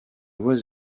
was